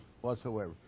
whatsoever